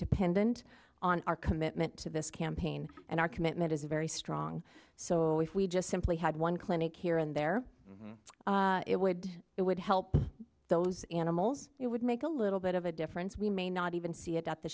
dependent on our commitment to this campaign and our commitment is very strong so if we just simply had one clinic here and there it would it would help those animals it would make a little bit of a difference we may not even see